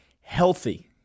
healthy